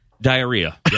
diarrhea